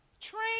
Train